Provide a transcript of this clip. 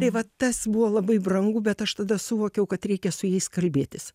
tai vat tas buvo labai brangu bet aš tada suvokiau kad reikia su jais kalbėtis